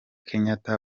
kenyatta